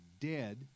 dead